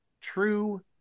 true